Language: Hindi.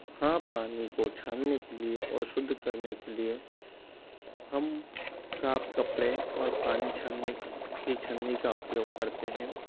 हाँ पानी को छानने के लिए और शुद्ध करने के लिए हम साफ कपड़े और पानी छानने की छन्नी का उपयोग करते हैं